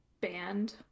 band